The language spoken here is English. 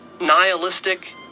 nihilistic